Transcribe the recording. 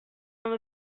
some